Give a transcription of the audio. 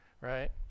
right